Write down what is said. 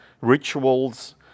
rituals